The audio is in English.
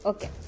Okay